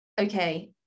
okay